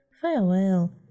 Farewell